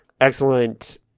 excellent